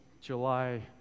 July